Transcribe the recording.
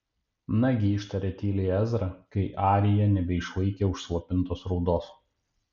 nagi ištarė tyliai ezra kai arija nebeišlaikė užslopintos raudos